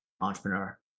entrepreneur